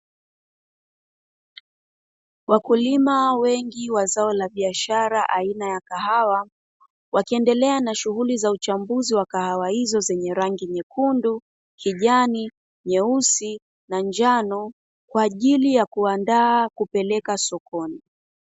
Wakulima wengi wa zao la biashara aina ya kahawa wakiendelea na shughuli za uchambuzi wa kahawa hizo zenye rangi nyekundu, kijani, nyeusi na njano; kwa ajili ya kuandaa kupeleka sokoni.